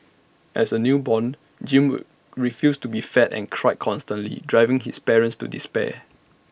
as A newborn Jim would refuse to be fed and cried constantly driving his parents to despair